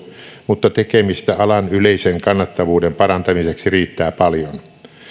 mutta tekemistä alan yleisen kannattavuuden parantamiseksi riittää paljon